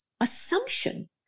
assumption